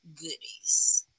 goodies